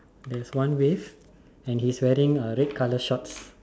there's one wave and he's wearing red colour shorts